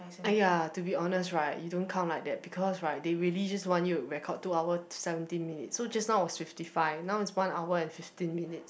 !aiya! to be honest right you don't count like that because right they really want you to record two hours seventeen minutes so just now was fifty five now is one hour and fifteen minutes